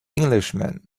englishman